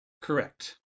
Correct